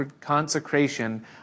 consecration